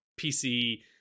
PC